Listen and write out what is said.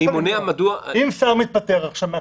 אם שר מתפטר עכשיו מהכנסת,